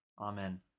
Amen